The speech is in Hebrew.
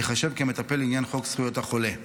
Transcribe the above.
ייחשב כמטפל לעניין חוק זכויות החולה.